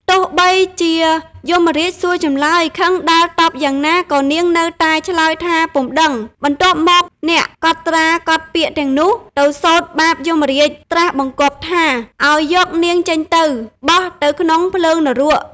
ទោះបីជាយមរាជសួរចម្លើយ ខឹងដាល់តប់យ៉ាងណាក៏នាងនៅតែឆ្លើយថាពុំដឹង បន្ទាប់មកអ្នកកត់ត្រាកត់ពាក្យទាំងនេះទៅសូត្រប្រាប់យមរាជ ត្រាស់បង្គាប់ថា ឱ្យយកនាងចេញទៅ បោះទៅក្នុងភ្លើងនរក ។។